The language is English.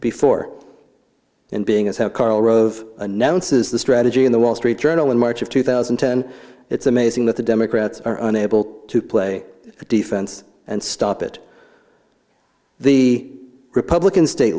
before and being as how karl rove announces the strategy in the wall street journal in march of two thousand and ten it's amazing that the democrats are unable to play defense and stop it the republican state